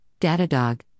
Datadog